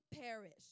perish